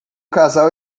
casal